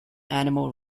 animal